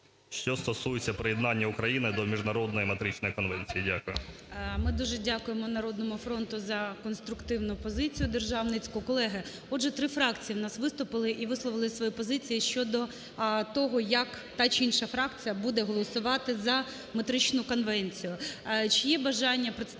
що стосується приєднання України до міжнародної Метричної конвенції. Дякую.